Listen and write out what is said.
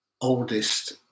oldest